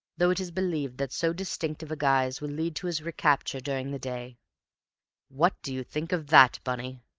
though it is believed that so distinctive a guise will lead to his recapture during the day what do you think of that, bunny?